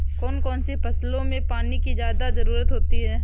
कौन कौन सी फसलों में पानी की ज्यादा ज़रुरत होती है?